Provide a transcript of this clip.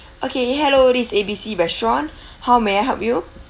okay hello this is A_B_C restaurant how may I help you